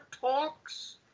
talks